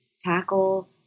tackle